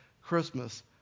Christmas